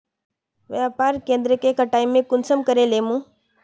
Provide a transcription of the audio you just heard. व्यापार केन्द्र के कटाई में कुंसम करे लेमु?